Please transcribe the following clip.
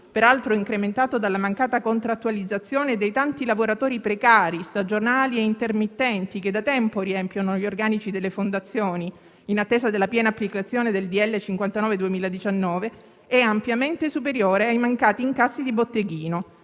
peraltro incrementato dalla mancata contrattualizzazione dei tanti lavoratori precari stagionali e intermittenti, che da tempo riempiono gli organici delle fondazioni, in attesa della piena applicazione del decreto-legge n. 59 del 2019, è ampiamente superiore ai mancati incassi di botteghino.